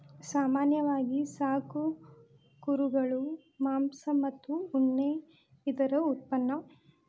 ಸಾಮಾನ್ಯವಾಗಿ ಸಾಕು ಕುರುಗಳು ಮಾಂಸ ಮತ್ತ ಉಣ್ಣಿ ಇದರ ಉತ್ಪನ್ನಾ